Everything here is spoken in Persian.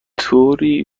توری